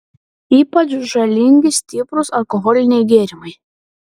ypač žalingi stiprūs alkoholiniai gėrimai